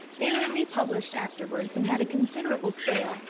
they were republished afterwards, and had a considerable sale,